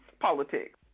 politics